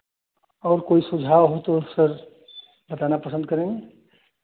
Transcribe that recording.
और कोई सुझाव हो तो सर बताना पसंद करेंगे